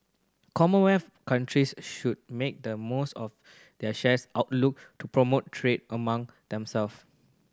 commonwealth countries should make the most of there shares outlook to promote trade among themselves